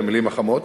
על המילים החמות,